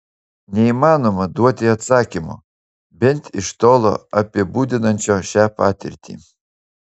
neįmanoma duoti atsakymo bent iš tolo apibūdinančio šią patirtį